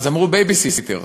אמרו, בייביסיטר.